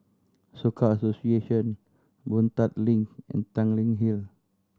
Soka Association Boon Tat Link and Tanglin Hill